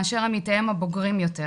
מאשר עמיתיהם הבוגרים יותר,